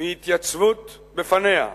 והתייצבות בפניה.